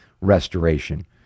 restoration